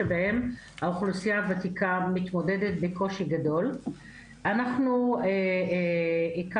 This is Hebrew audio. אני לא אוכל לחשוף את כל ההמלצות שאנחנו מביאים,